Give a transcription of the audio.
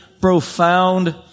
profound